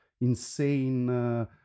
insane